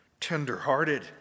tender-hearted